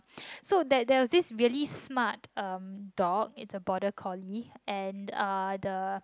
so there there was this really smart um dog it's a border collie and uh the